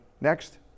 Next